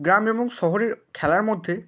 গ্রাম এবং শহরের খেলার মধ্যে